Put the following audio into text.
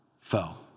fell